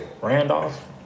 Randolph